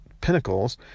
pinnacles